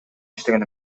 иштеген